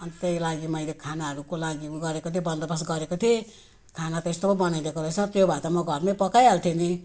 अनि त्यही लागि मैले खानाहरूको लागि गरेको थिएँ बन्दोबस्त गरेको थिएँ खाना त यस्तो पो बनाइदिएको रहेछ त्यो भए त म घरमा पकाइहाल्थे नि